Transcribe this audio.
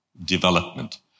development